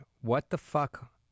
what-the-fuck